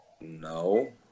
No